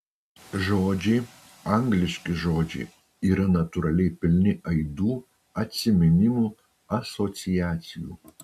žodžiai angliški žodžiai yra natūraliai pilni aidų atsiminimų asociacijų